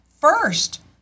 first